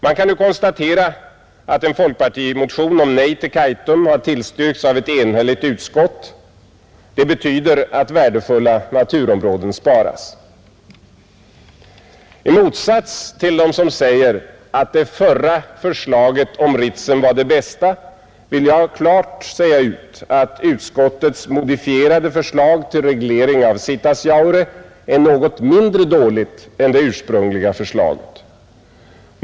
Man kan nu konstatera att en folkpartimotion om nej till Kaitum har tillstyrkts av ett enhälligt utskott. Det betyder att värdefulla naturområden sparas. I motsats till dem som menar att det förra förslaget om Ritsem var det bästa vill jag klart säga ut, att utskottets modifierade förslag till reglering av Sitasjaure är något mindre dåligt än det ursprungliga förslaget.